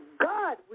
God